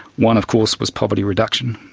one of course was poverty reduction,